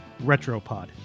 Retropod